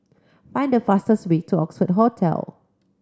find the fastest way to Oxford Hotel